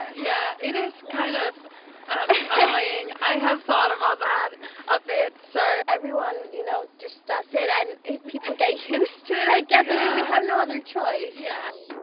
yeah, it is kind of annoying. i have thought of all that a bit so everyone, you know just does it and people get used to it i guess. i mean we have no other choice. yeah